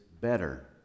better